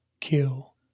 kill